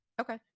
Okay